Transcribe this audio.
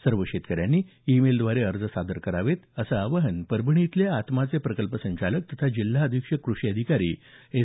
सर्व शेतकऱ्यांनी ई मेलद्वारे अर्ज सादर करावेत असं आवाहन परभणी इथले आत्माचे प्रकल्प संचालक तथा जिल्हा अधिक्षक कृषी अधिकारी एस